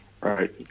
right